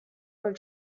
were